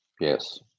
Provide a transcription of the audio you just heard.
Yes